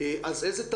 והדבר השני,